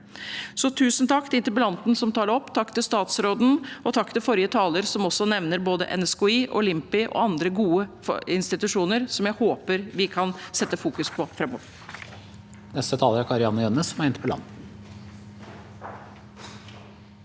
Tusen takk til interpellanten, som tar det opp, takk til statsråden og til forrige taler, som nevner både NSKI, Limpi og andre gode institusjoner jeg håper vi kan sette fokus på framover.